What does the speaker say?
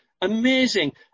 Amazing